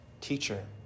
Teacher